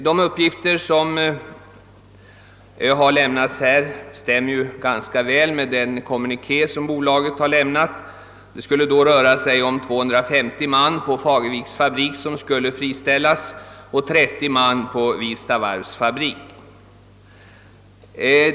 De uppgifter som vi här fått stämmer ju ganska väl med den kommuniké som bolaget lämnat. Det skulle röra sig om 250 man vid Fagerviks fabrik, och om 30 man vid Wifstavarvs fabrik vilka skulle friställas.